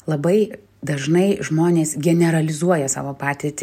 labai dažnai žmonės generalizuoja savo patirtį